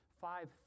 five